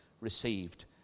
received